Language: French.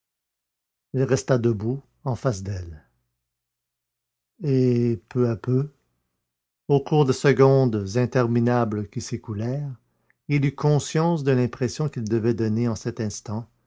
il resta debout en face d'elle et peu à peu au cours des secondes interminables qui s'écoulèrent il eut conscience de l'impression qu'il devait donner en cet instant